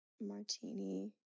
Martini